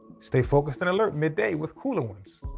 stay focused and alert midday with cooler ones,